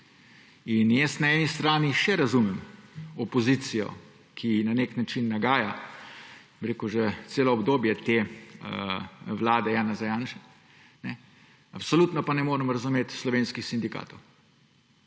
smer. Na eni strani še razumem opozicijo, ki na nek način nagaja že celo obdobje te vlade Janeza Janše, absolutno pa ne morem razumeti slovenskih sindikatov.